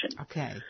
Okay